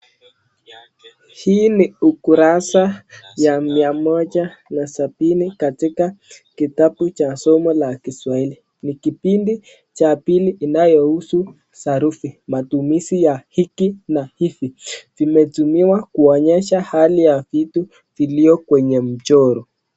Hii ni ukurasa ya mia moja na sabini katika kitabu cha somo la kiswahili. Ni kipindi cha pili inayohusu sarufi, matumizi ya hiki na hivi. Vimetumiwa kuonyesha hali ya vitu vilio kwenye mchoro.